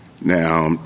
Now